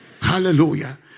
Hallelujah